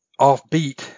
offbeat